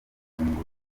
ifunguro